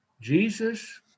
Jesus